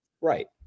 Right